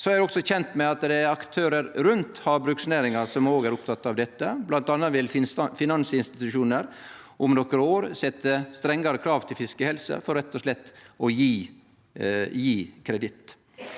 Eg er også kjend med at det er aktørar rundt havbruksnæringa som òg er opptekne av dette. Blant anna vil finansinstitusjonar om nokre år setje strengare krav til fiskehelse for rett